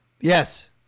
Yes